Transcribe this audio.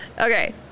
Okay